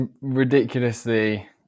ridiculously